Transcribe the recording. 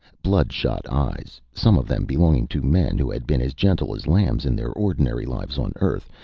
bloodshot eyes, some of them belonging to men who had been as gentle as lambs in their ordinary lives on earth,